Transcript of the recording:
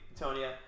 Antonia